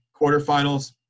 quarterfinals